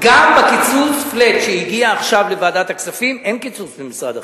גם בקיצוץ flat שהגיע עכשיו לוועדת הכספים אין קיצוץ במשרד החינוך.